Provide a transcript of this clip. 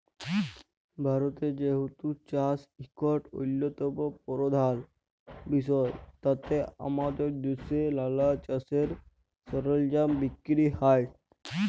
ভারতে যেহেতু চাষ ইকট অল্যতম পরধাল বিষয় তাই আমাদের দ্যাশে লালা চাষের সরলজাম বিক্কিরি হ্যয়